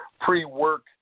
pre-work